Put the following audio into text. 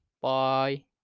bye